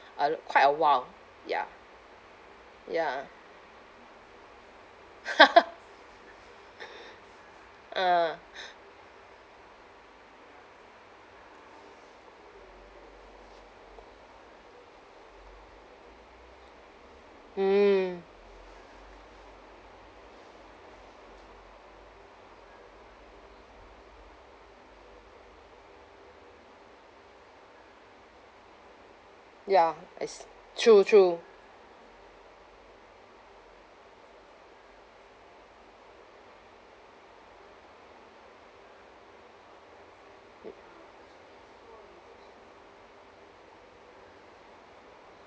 a l~ quite a while ya ya ah mm ya is true true